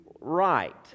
right